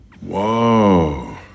Whoa